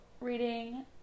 reading